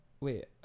Wait